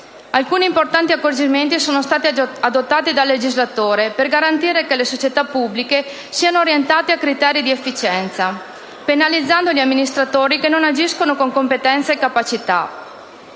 Alcuni importanti accorgimenti sono stati adottati dal legislatore per garantire che le società pubbliche siano orientate a criteri di efficienza, penalizzando gli amministratori che non agiscono con competenza e capacità;